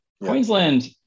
Queensland